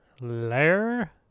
Layer